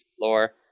lore